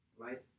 right